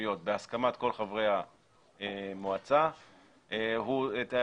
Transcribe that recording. מקומיות בהסכמת כל חברי המועצה הוא תקין.